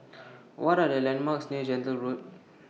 What Are The landmarks near Gentle Road